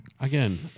Again